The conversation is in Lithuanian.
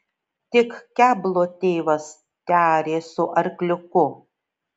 tik keblo tėvas tearė su arkliuku